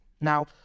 Now